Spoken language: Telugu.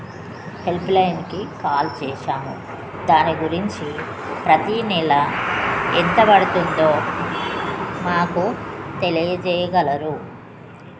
హెల్పులైన్కి కాల్ చేసాము దాని గురించి ప్రతీ నెల ఎంత కడుతుందో మాకు తెలియజేయగలరు